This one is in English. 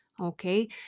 okay